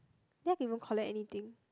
did I even collect anything